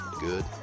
good